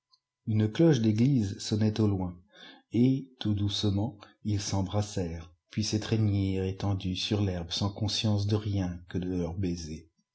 une cloche d'église sonnait au loin et tout doucement ils s'embrassèrent puis s'étreignirent étendus sur l'herbe sans conscience de rien que de leur baiser